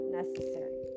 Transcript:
necessary